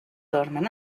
dormen